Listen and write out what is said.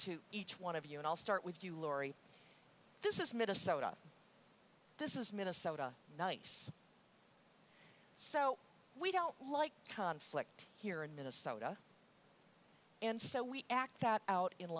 to each one of you and i'll start with you laurie this is minnesota this is minnesota nice so we don't like conflict here in minnesota and so we act that out in